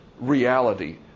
reality